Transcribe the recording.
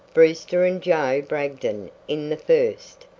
brewster and joe bragdon in the first,